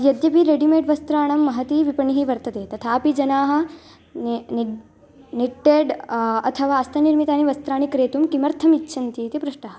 यद्यपि रेडिमेड् वस्त्राणां महती विपणिः वर्तते तथापि जनाः ने निड् निट्टेड् अथवा हस्तनिर्मितानि वस्त्राणि क्रेतुं किमर्थमिच्छन्तीति पृष्टः